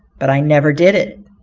but i never did it.